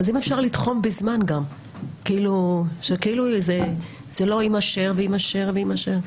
אז אם אפשר לתחום בזמן שזה לא יימשך ויימשך,